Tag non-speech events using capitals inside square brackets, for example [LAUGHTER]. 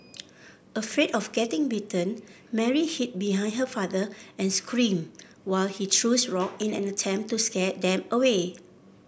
afraid of getting bitten Mary hid behind her father and screamed while he threw [UNINTELLIGIBLE] rock in an attempt to scare them away